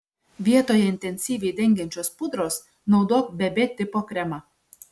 vietoje intensyviai dengiančios pudros naudok bb tipo kremą